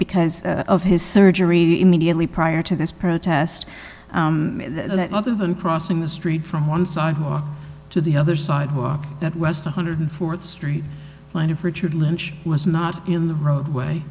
because of his surgery immediately prior to this protest other than crossing the street from one side to the other side that was one hundred fourth street line of richard lynch was not in the roadway